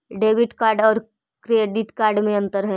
Debit card और credit card में अन्तर है?